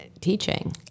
teaching